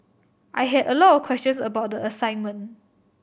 I had a lot of questions about the assignment